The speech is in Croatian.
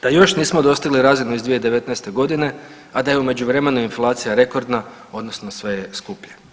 Da još nismo dostigli razinu iz 2019. godine, a da je u međuvremenu inflacija rekordna odnosno sve je skuplje.